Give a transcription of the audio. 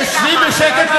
תשבי בשקט.